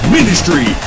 Ministry